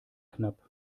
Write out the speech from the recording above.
knapp